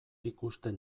ikusten